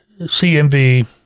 CMV